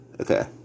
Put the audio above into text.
Okay